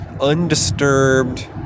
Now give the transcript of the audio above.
undisturbed